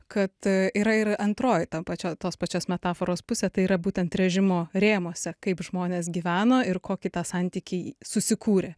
kad yra ir antroji tam pačio tos pačios metaforos pusė tai yra būtent režimo rėmuose kaip žmonės gyveno ir kokį tą santykį susikūrė